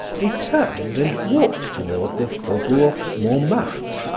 they turned and walked toward the faubourg montmartre.